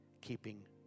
keeping